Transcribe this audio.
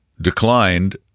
declined